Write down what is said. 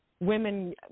Women